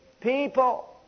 people